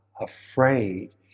afraid